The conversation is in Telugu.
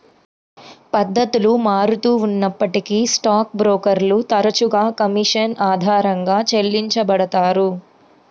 పద్ధతులు మారుతూ ఉన్నప్పటికీ స్టాక్ బ్రోకర్లు తరచుగా కమీషన్ ఆధారంగా చెల్లించబడతారు